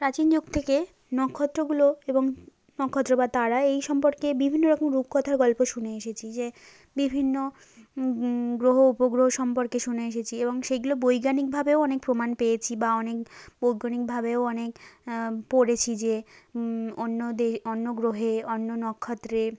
প্রাচীন যুগ থেকে নক্ষত্রগুলো এবং নক্ষত্র বা তারা এই সম্পর্কে বিভিন্ন রকম রূপকথার গল্প শুনে এসেছি যে বিভিন্ন গ্রহ উপগ্রহ সম্পর্কে শুনে এসেছি এবং সেগুলো বৈজ্ঞানিকভাবেও অনেক প্রমাণ পেয়েছি বা অনেক বৈজ্ঞানিকভাবেও অনেক পড়েছি যে অন্যদের অন্য গ্রহে অন্য নক্ষত্রের